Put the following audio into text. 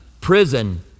prison